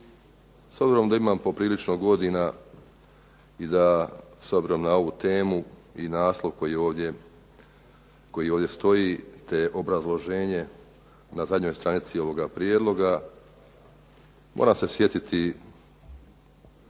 S obzirom da imam poprilično godina i da s obzirom na ovu temu i naslov koji ovdje stoji, te obrazloženje na zadnjoj stranici ovoga prijedloga moram se sjetiti